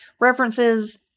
References